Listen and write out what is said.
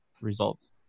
results